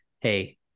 Hey